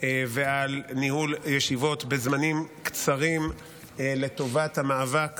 ועל ניהול ישיבות בזמנים קצרים לטובת המאבק